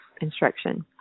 instruction